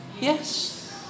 Yes